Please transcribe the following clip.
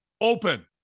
open